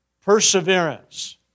Perseverance